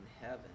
heaven